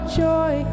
joy